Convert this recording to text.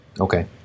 Okay